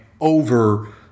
over